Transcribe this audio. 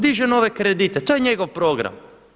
Diže nove kredite, to je njegov program.